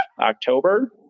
October